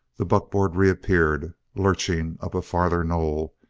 the buckboard reappeared, lurching up a farther knoll,